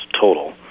total